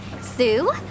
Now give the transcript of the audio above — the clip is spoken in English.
Sue